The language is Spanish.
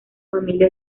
familia